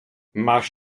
máš